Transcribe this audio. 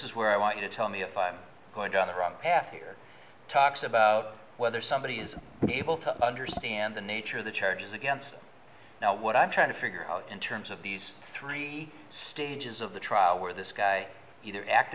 is where i want you to tell me if i'm going down the wrong path here talks about whether somebody is able to understand the nature of the charges against him now what i'm trying to figure out in terms of these three stages of the trial where this guy either act